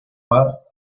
más